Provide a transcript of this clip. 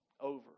over